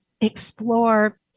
explore